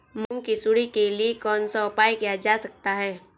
मूंग की सुंडी के लिए कौन सा उपाय किया जा सकता है?